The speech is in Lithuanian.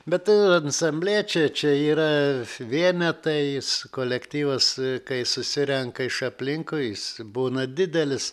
bet tai ansambliečiai čia yra vienetais kolektyvas kai susirenka iš aplinkui jis būna didelis